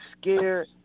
scared